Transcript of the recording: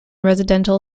residential